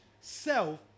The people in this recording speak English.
self